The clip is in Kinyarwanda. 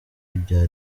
ibya